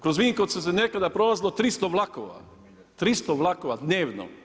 Kroz Vinkovce se nekada prolazilo 300 vlakova, 300 vlakova dnevno.